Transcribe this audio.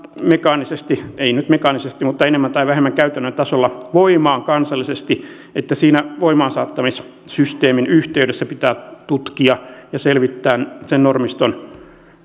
mekaanisesti tai ei nyt mekaanisesti mutta enemmän tai vähemmän käytännön tasolla voimaan kansallisesti että siinä voimaansaattamissysteemin yhteydessä pitää tutkia ja selvittää sen normiston